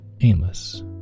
aimless